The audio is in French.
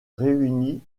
réunie